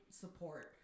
support